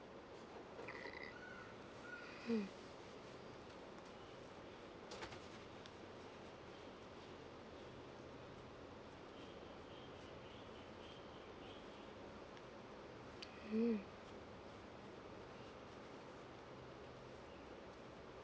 mm mm